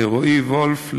רועי וולף,